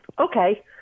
Okay